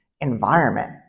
environment